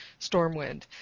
Stormwind